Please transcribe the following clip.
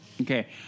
Okay